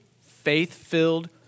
faith-filled